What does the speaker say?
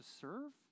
serve